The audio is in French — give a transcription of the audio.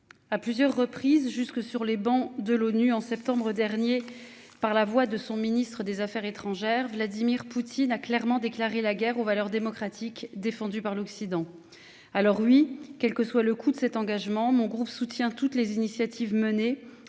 à plusieurs reprises jusque sur les bancs de l'ONU en septembre dernier, par la voix de son ministre des Affaires étrangères, Vladimir Poutine a clairement déclaré la guerre aux valeurs démocratiques défendus par l'Occident. Alors oui quel que soit le coût de cet engagement mon groupe soutient toutes les initiatives menées